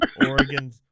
Oregon